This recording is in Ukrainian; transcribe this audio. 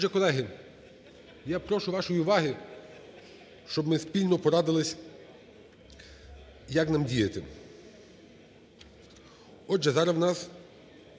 Отже, колеги, я прошу вашої уваги, щоб ми спільно порадились як нам діяти. Отже, зараз в нас